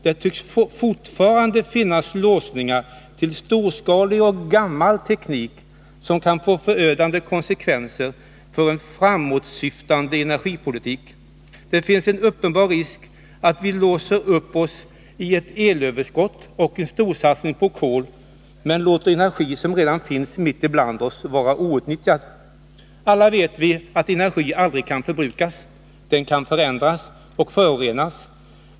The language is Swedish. Det tycks fortfarande finnas låsningar till storskalig och gammal teknik, som kan få förödande konsekvenser för en framåtsyftande energipolitik. Det finns en uppenbar risk att vi låser fast oss vid ett elöverskott och en storsatsning på kol, men låter energi som redan finns mitt ibland oss vara outnyttjad. Alla vet vi att energi aldrig kan förbrukas, bara förändras och förorenas.